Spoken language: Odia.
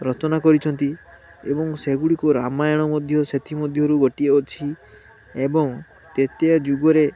ରଚନା କରିଛନ୍ତି ଏବଂ ସେଗୁଡ଼ିକୁ ରାମାୟଣ ମଧ୍ୟ ସେଥି ମଧ୍ୟରୁ ଗୋଟିଏ ଅଛି ଏବଂ ତ୍ରେତୟା ଯୁଗରେ